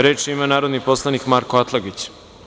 Reč ima narodni poslanik Marko Atlagić.